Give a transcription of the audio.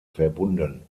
verbunden